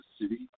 City